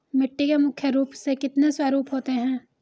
मिट्टी के मुख्य रूप से कितने स्वरूप होते हैं?